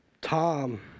Tom